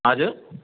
हजुर